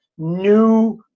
new